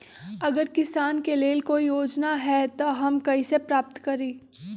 अगर किसान के लेल कोई योजना है त हम कईसे प्राप्त करी?